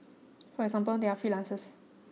for example they are freelancers